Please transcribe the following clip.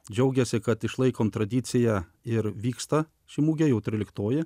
džiaugiasi kad išlaikome tradiciją ir vyksta ši mugė jau tryliktoji